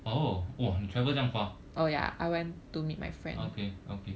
oh !wah! 你 travel 这样 far okay okay